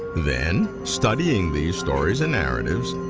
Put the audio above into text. then, studying these stories and narratives,